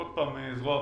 עוד פעם, זה זרוע עבודה.